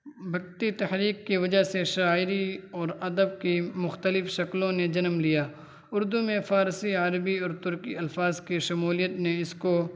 بھکتی تحریک کے وجہ سے شاعری اور ادب کی مختلف شکلوں نے جنم لیا اردو میں فارسی عربی اور ترکی الفاظ کی شمولیت نے اس کو